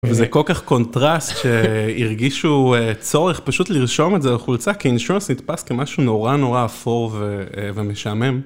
וזה כל כך קונטרסט שהרגישו צורך פשוט לרשום את זה על החולצה, כי אינשונוס נתפס כמשהו נורא נורא אפור ומשעמם.